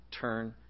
turn